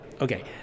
Okay